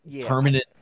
Permanent